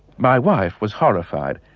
my wife was horrified,